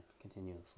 continuously